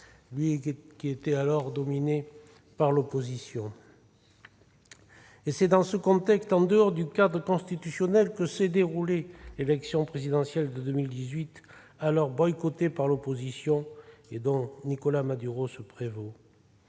le Parlement, alors dominé par l'opposition. C'est dans ce contexte, en dehors du cadre constitutionnel, que s'est déroulée l'élection présidentielle de 2018, boycottée par l'opposition et dont Nicolás Maduro se prévaut.